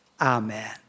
Amen